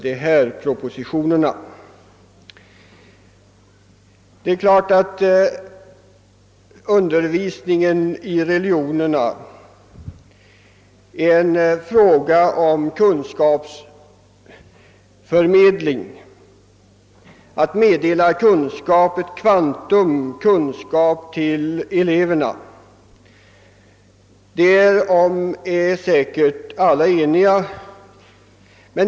Det är klart att det när det gäller undervisningen i religionerna är fråga om kunskapsförmedling; läraren skall förmedla ett kvantum kunskap till eleverna. Därom är säkert alla eniga.